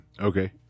Okay